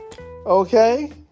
okay